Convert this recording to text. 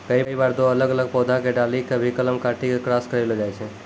कई बार दो अलग अलग पौधा के डाली कॅ भी कलम काटी क क्रास करैलो जाय छै